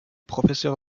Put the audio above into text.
professeur